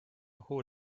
hohe